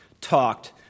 talked